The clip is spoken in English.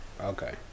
Okay